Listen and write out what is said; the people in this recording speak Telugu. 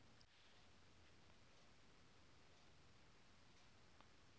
నా బ్యాంకు అకౌంట్ కు చెక్కు బుక్ ఇవ్వండి